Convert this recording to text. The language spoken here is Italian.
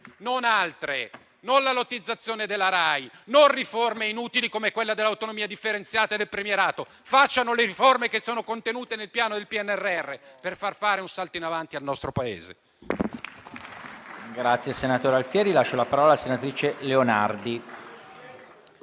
non altre: non la lottizzazione della RAI, né riforme inutili come quella dell'autonomia differenziata e del premierato. Facciano le riforme che sono contenute nel PNRR per far fare un salto in avanti al nostro Paese.